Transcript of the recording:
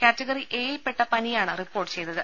category എയിൽ പെട്ട പനിയാണ് റിപ്പോർട്ട് ചെയ്തത്